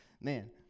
Man